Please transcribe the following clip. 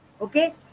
Okay